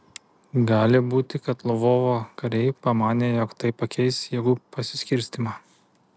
gali būti kad lvovo kariai pamanė jog tai pakeis jėgų pasiskirstymą